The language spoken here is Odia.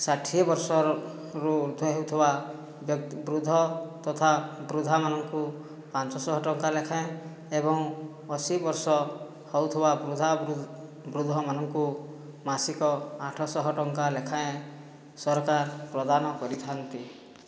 ଷାଠିଏ ବର୍ଷରୁ ଉର୍ଦ୍ଧ୍ୱ ହେଉଥିବା ବ୍ୟକ୍ତି ବୃଦ୍ଧ ତଥା ବୃଦ୍ଧାମାନଙ୍କୁ ପାଞ୍ଚଶହ ଟଙ୍କା ଲେଖାଏଁ ଏବଂ ଅଶି ବର୍ଷ ହେଉଥିବା ବୃଦ୍ଧା ବୃଦ୍ଧମାନଙ୍କୁ ମାସିକ ଆଠଶହ ଟଙ୍କା ଲେଖାଏଁ ସରକାର ପ୍ରଦାନ କରିଥାନ୍ତି